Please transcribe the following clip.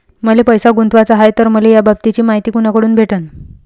मले पैसा गुंतवाचा हाय तर मले याबाबतीची मायती कुनाकडून भेटन?